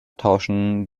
tauschen